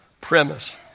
premise